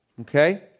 okay